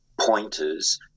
pointers